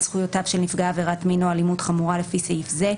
זכויותיו של נפגע עבירת מין או אלימות חמורה לפי סעיף זה,